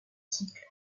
cycle